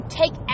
take